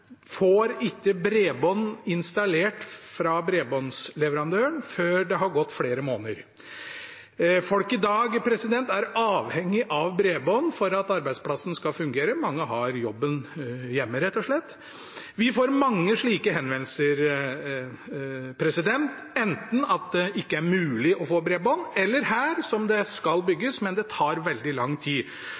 får ikke bredbånd installert fra bredbåndsleverandøren før det har gått flere måneder. Folk i dag er avhengig av bredbånd for at arbeidsplassen skal fungere. Mange har jobben hjemme, rett og slett. Vi får mange slike henvendelser – enten at det ikke er mulig å få bredbånd, eller som her, at det skal bygges, men det tar veldig lang tid.